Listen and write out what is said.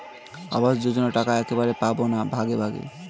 আবাস যোজনা টাকা একবারে পাব না ভাগে ভাগে?